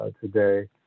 today